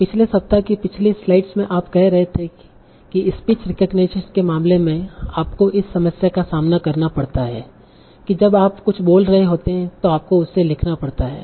पिछले सप्ताह की पिछली स्लाइड्स में आप कह रहे थे स्पीच रिकग्निशन के मामले में आपको इस समस्या का सामना करना पड़ता है कि जब आप कुछ बोल रहे होते हैं तो आपको उसे लिखना पड़ता है